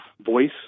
voice